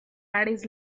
bares